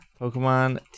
Pokemon